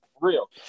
real